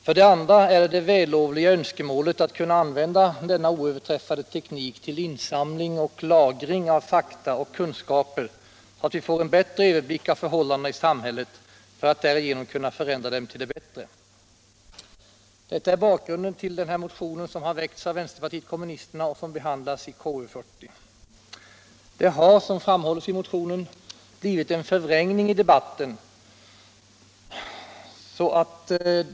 För det andra är det det vällovliga önskemålet att kunna använda denna oöverträffade teknik till insamling och lagring av fakta och kunskaper, så att vi får en bättre överblick av förhållandena i samhället för att därigenom kunna förändra dem till det bättre. Detta är bakgrunden till den motion från vänsterpartiet kommunisterna som behandlas i konstitutionsutskottets betänkande nr 40. Det har, som framhålls i motionen, blivit en förvrängning i debatten.